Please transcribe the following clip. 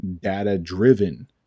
data-driven